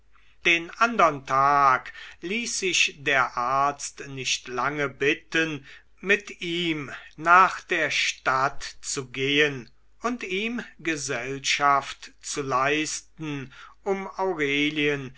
den andern tag ließ sich der arzt nicht lange bitten mit ihm nach der stadt zu gehen um ihm gesellschaft zu leisten um aurelien